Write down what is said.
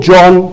John